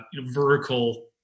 vertical